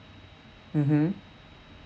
mmhmm